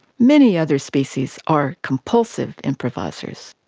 many other species are compulsive improvisers.